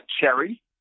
Cherry